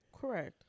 Correct